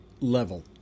level